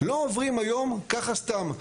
לא עוברים היום ככה סתם,